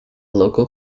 local